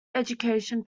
education